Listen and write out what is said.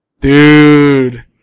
Dude